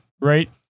right